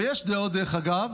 ודרך אגב,